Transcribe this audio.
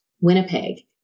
Winnipeg